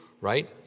Right